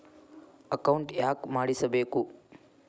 Account ಯಾಕ್ ಮಾಡಿಸಬೇಕು?